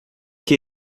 que